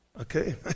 Okay